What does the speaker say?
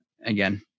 Again